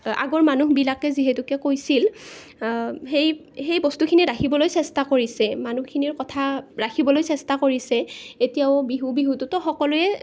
আগৰ মানুহবিলাকে যিহেতুকে কৈছিল সেই সেই বস্তুখিনি ৰাখিবলৈ চেষ্টা কৰিছে মানুহখিনিৰ কথা ৰাখিবলৈ চেষ্টা কৰিছে এতিয়াও বিহু বিহুটোতো সকলোৱে